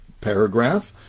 paragraph